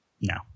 no